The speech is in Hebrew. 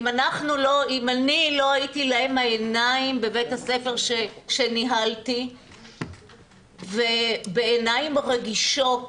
אם אני לא הייתי להם העיניים בבית הספר שניהלתי ובעיניים רגישות,